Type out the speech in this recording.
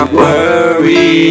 worry